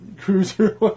cruiser